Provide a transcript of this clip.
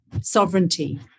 sovereignty